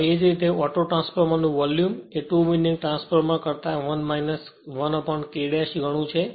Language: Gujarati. હવે એ જ રીતે ઓટો ટ્રાન્સફોર્મર નું વોલ્યુમ એ 2 વિન્ડિંગ ટ્રાન્સફોર્મર કરતાં 1 1 K ડેશ ગણું છે